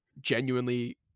genuinely